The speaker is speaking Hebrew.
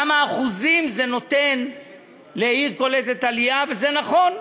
כמה אחוזים זה נותן לעיר קולטת עלייה, וזה נכון.